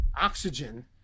oxygen